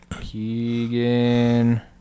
Keegan